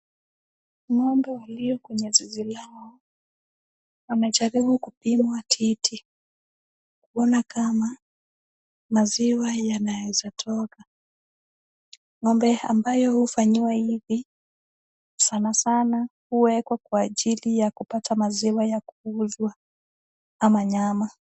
Ng'ombe walio kwenye zizi la ng'ombe amechelewa kupimwa titi kuona kama maziwa yanaweza toka. Ng'ombe amabayo hufanyiwa hivi uwekwa kwa ajili ya kupata maziwa ya kuuzwa ama nyama.